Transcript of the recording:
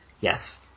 Yes